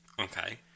Okay